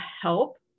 help